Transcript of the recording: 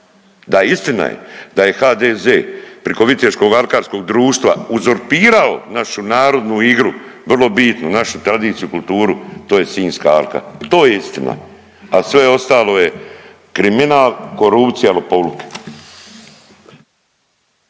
Da, istina je da je HDZ priko Viteškog alkarskog društva uzurpirao našu narodnu igru vrlo bitnu, našu tradiciju kulturu to je Sinjska alka to je istina, a sve ostalo je kriminal, korupcija, lopovluk.